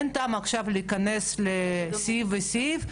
אין טעם עכשיו להיכנס לסעיף וסעיף.